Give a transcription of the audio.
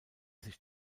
sich